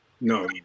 No